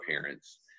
parents